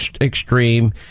extreme